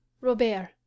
robert